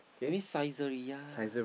I mean Saizeriya